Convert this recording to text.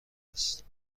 است